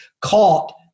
caught